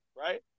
right